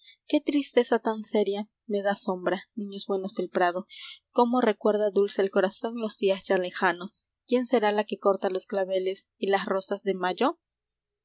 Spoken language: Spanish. niisuéitr steza tan seria me sombra iños buenos del prado recuerda dulce el corazón q dlas ya lejanos uién será la que corta los claveles as rosas de mayo